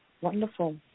wonderful